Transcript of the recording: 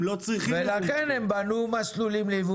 הם לא צריכים --- ולכן הם בנו מסלולים ליבוא